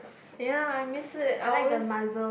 ya I miss it I always